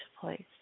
place